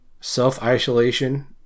Self-isolation